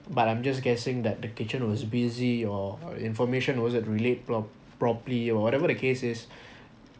but I'm just guessing that the kitchen was busy or information wasn't relayed pro~ properly or whatever the case is